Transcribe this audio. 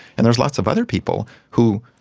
and there are lots of other people who,